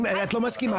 את לא מסכימה,